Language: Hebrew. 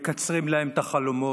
מקצרים להם את החלומות,